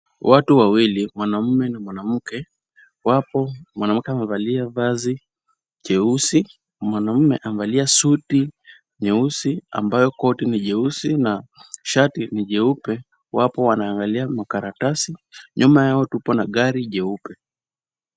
Watu wawili mwanaume na mwanamke wapo. Mwanamke amevalia vazi jeusi. Mwanaume amevalia suti nyeusi ambako koti ni jeusi na shati ni jeupe wapo wanaangalia makaratasi. Nyuma yao tupo na gari jeupe.